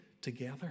together